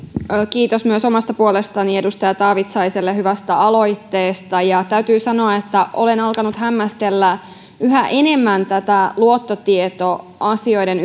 kiitos myös omasta puolestani edustaja taavitsaiselle hyvästä aloitteesta täytyy sanoa että olen alkanut hämmästellä yhä enemmän tätä luottotietoasioiden